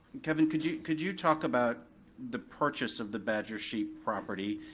kevin, could you could you talk about the purchase of the badger sheet property?